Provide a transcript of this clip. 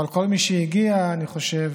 אבל כל מי שהגיע, אני חושב,